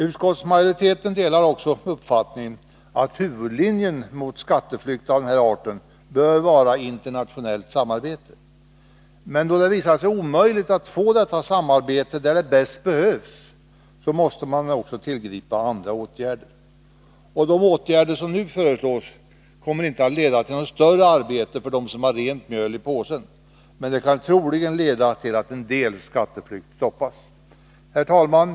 Utskottsmajoriteten delar också uppfattningen att huvudlinjen mot skatteflykt av den här arten bör vara internationellt samarbete, men då det har visat sig omöjligt att få detta samarbete där det bäst behövs, måste också andra åtgärder tillgripas. De åtgärder som nu föreslås kommer inte att leda till något större arbete för dem som har rent mjöl i påsen, men åtgärderna kan troligen leda till att viss skatteflykt stoppas. Herr talman!